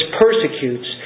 persecutes